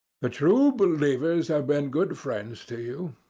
the true believers have been good friends to you.